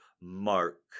mark